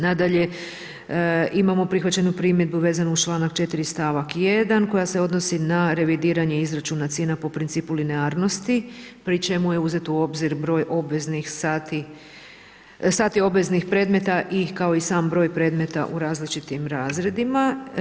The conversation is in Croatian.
Nadalje imamo prihvaćenu primjedbu vezano uz čl. 4. stavak 1 koja se odnosi na revidiranje i izračuna cijena po principu linearnosti pri čemu je uzet u obzir broj obveznih sati, sati obveznih predmeta, kao i sam broj predmetima u različitim razredima.